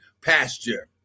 pasture